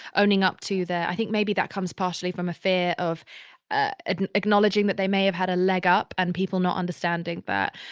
owning up to that. i think maybe that comes partially from a fear of and acknowledging that they may have had a leg up and people not understanding that.